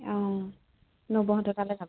অ নবৌহঁতৰ তালে যাব